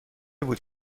بود